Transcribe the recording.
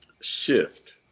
shift